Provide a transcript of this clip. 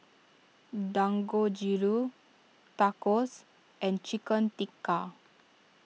Dangojiru Tacos and Chicken Tikka